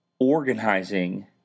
organizing